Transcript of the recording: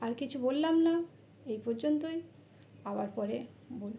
আর কিছু বললাম না এই পর্যন্তই আবার পরে বলবো